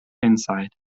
inside